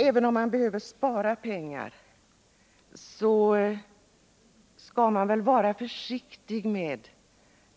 Även om staten behöver spara pengar, så skall man väl vara försiktig med